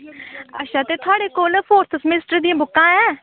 अच्छा ते थुआढ़े कोल फोर्थ सेमेस्टर दियां बुकां हैन